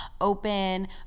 open